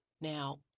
Now